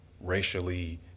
racially